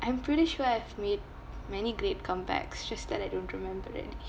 I'm pretty sure I've made many great comebacks just that I don't remember any